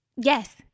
Yes